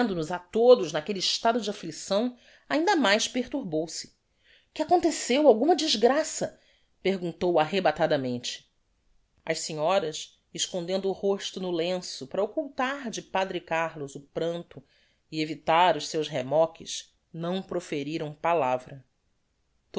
entrar vendo nos á todos naquelle estado de afflicção ainda mais perturbou-se que aconteceu alguma desgraça perguntou arrebatadamente as senhoras escondendo o rosto no lenço para occultar do padre carlos o pranto e evitar os seus remoques não proferiram palavra